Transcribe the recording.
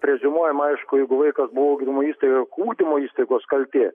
preziumuojama aišku jeigu vaikas buvo ugdymo įstaigoj ugdymo įstaigos kaltė